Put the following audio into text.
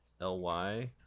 l-y